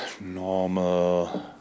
normal